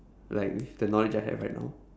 like with the knowledge I have right now